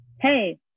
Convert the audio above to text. hey